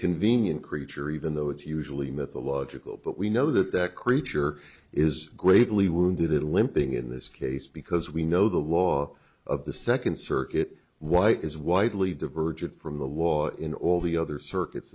convenient creature even though it's usually mythological but we know that that creature is greatly wounded limping in this case because we know the law of the second circuit why it is widely divergent from the law in all the other circu